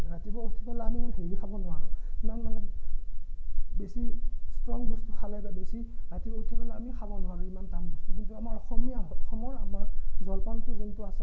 ৰাতিপুৱাই উঠি পেলাই আমি হেভী খাব নোৱাৰোঁ সিমান মানে বেছি ষ্ট্ৰং বস্তু খালে বা বেছি ৰাতিপুৱাই উঠি পেলাই আমি খাব নোৱাৰোঁ ইমান টান বস্তু কিন্তু আমাৰ অসমীয়া অসমৰ আমাৰ জলপানটো যোনটো আছে